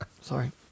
Sorry